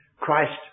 Christ